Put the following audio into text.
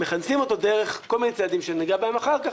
מכנסים אותו דרך כל מיני צעדים שניגע בהם אחר כך,